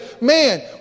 man